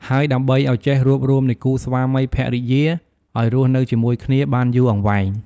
ហើយដើម្បីអោយចេះរួបរួមនៃគូស្វាមីភរិយាឲ្យរស់នៅជាមួយគ្នាបានយូរអង្វែង។